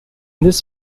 this